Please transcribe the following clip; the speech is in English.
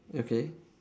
okay